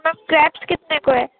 تو کریپس کتنے کو ہے